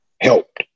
helped